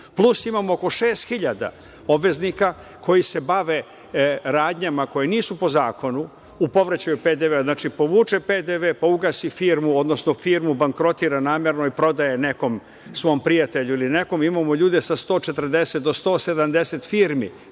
plus imamo oko šest hiljada obveznika koji se bave radnjama koje nisu po zakonu u povraćaju PDV-a, znači, povuče PDV pa ugasi firmu, odnosno firmu bankrotira namerno i prodaje je nekom svom prijatelju. Imamo ljude sa 140 do 170 firmi